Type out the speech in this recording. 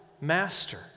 Master